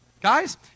Guys